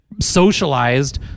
socialized